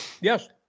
Yes